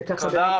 בבקשה.